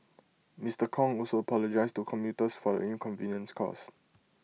Mister Kong also apologised to commuters for the inconvenience caused